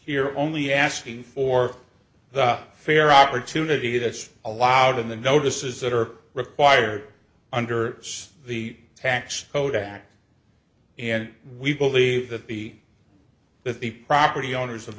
here only asking for the fair opportunity that's allowed in the notices that are required under the tax code act and we believe that the that the property owners